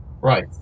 Right